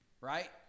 right